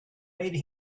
made